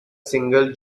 single